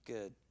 Good